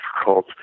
difficult